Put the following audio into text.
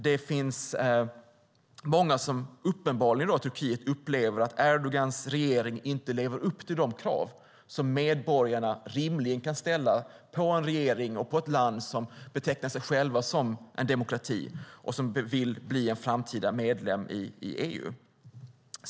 Det finns många i Turkiet som uppenbarligen upplever att Erdogans regering inte lever upp till de krav som medborgarna rimligen kan ställa på en regering och på ett land som betecknar sig självt som en demokrati och som vill bli en framtida medlem i EU.